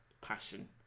passion